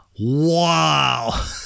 Wow